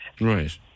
Right